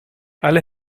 alle